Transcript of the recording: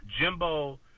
Jimbo